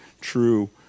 true